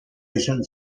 izan